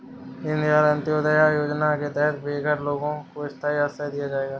दीन दयाल अंत्योदया योजना के तहत बेघर लोगों को स्थाई आश्रय दिया जाएगा